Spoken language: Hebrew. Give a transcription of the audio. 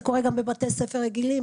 זה קורה גם בבתי ספר רגילים,